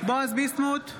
בועז ביסמוט,